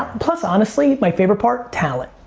plus honestly, my favorite part, talent.